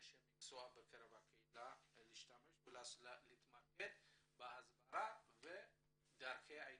ולהשתמש באנשי המקצוע מקרב הקהילה ולהתמקד בהסברה ודרכי ההתמודדות.